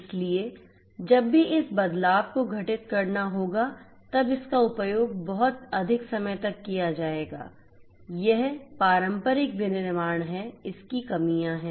इसलिए जब भी इस बदलाव को घटित करना होगा तब इसका उपयोग बहुत अधिक समय तक किया जाएगा यह पारंपरिक विनिर्माण है इसकी कमियां हैं